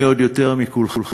ואני עוד יותר מכולכם,